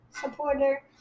supporter